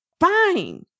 fine